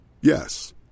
Yes